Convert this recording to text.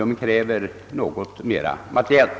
De kräver något mera materiellt.